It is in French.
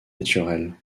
naturelles